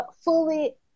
fully